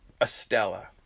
Estella